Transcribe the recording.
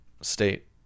state